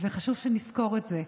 וחשוב שנזכור את זה.